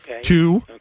two